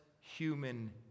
human